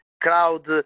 crowd